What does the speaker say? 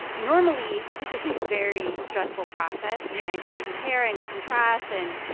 normally, this is a very stressful process, trying to compare and contrast and,